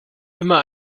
immer